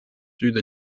through